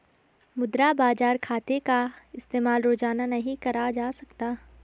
मुद्रा बाजार खाते का इस्तेमाल रोज़ाना नहीं करा जा सकता